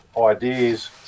ideas